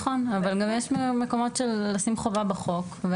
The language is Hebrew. אבל גם יש מקומות של לשים חובה בחוק.